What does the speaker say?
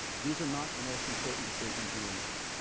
these are not the most important decisions you will make.